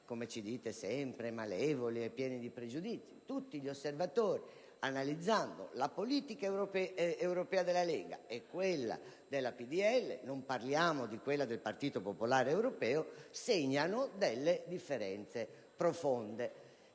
come ci dite sempre - malevoli e pieni di pregiudizi, bensì tutti gli osservatori, analizzando la politica europea della Lega e quella del PdL (non parliamo di quella del Partito popolare europeo), notano delle differenze profonde.